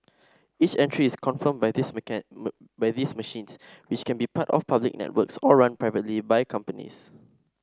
each entry is confirmed by these by these machines which can be part of public networks or run privately by companies